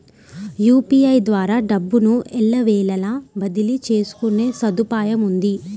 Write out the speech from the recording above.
UPI ద్వారా డబ్బును ఎల్లవేళలా బదిలీ చేసుకునే సదుపాయముంది